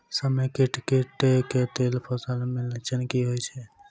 समेकित कीट केँ तिल फसल मे लक्षण की होइ छै?